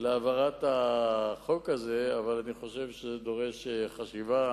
להעברת החוק הזה, אבל אני חושב שזה דורש חשיבה